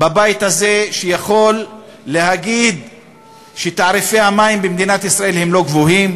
בבית הזה שיכול להגיד שתעריפי המים במדינת ישראל הם לא גבוהים